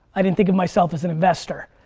i didn't think of myself as an investor.